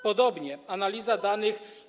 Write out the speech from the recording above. Podobnie analiza danych.